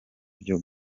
byo